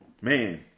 Man